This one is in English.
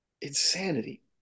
Insanity